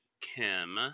Kim